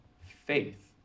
faith